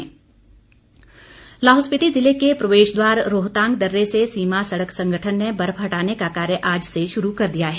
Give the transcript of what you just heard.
रोहतांग लाहौल स्पिति जिले के प्रवेश द्वार रोहतांग दर्रे से सीमा सड़क संगठन ने बर्फ हटाने का कार्य आज से शुरू कर दिया है